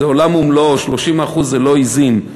זה עולם ומלואו, 30% זה לא עזים.